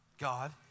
God